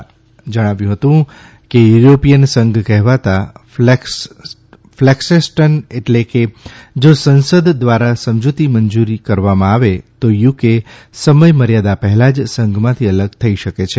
તેમણે કહ્યું કે યુરોપીયન સંઘ કહેવાતા ફ્લૈક્સટેંશન એટલે કે જો સંસદ દ્વારા સમજૂતી મંજુર કરવામાં આવે તો યુકે સમય મર્યાદા પહેલા જ સંઘમાંથી અલગ થઇ શકે છે